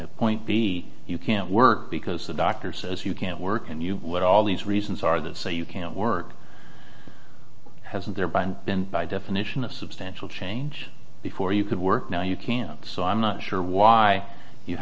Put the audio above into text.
at point b you can't work because a doctor says you can't work and you let all these reasons are that say you can't work has and thereby and then by definition of substantial change before you could work now you can't so i'm not sure why you